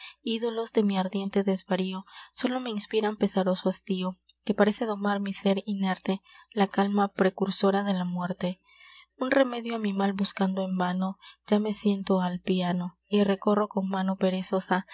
ídolos de mi ardiente desvarío sólo me inspiran pesaroso hastío que parece domar mi sér inerte la calma precursora de la muerte un remedio á mi mal buscando en vano ya me siento al piano y recorro con mano perezosa